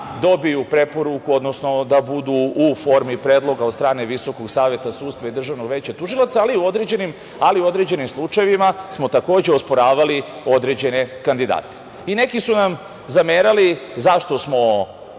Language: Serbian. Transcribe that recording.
dobiju preporuku, odnosno da budu u formi predloga od strane Visokog saveta sudstva i Državnog veća tužilaca, ali u određenim slučajevima smo takođe osporavali određene kandidate. Neki su nam zamerali zašto smo